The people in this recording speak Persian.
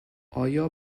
آیا